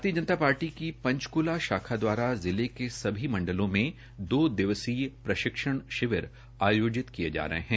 भारतीय जनता पार्टी ने पंचकूला शाखा द्वारा जिले के सभी मंडलों में दो दिवसीय प्रशिक्षण शिविर आयोजित किए जा रहे हैं